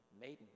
maiden